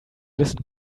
listen